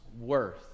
worth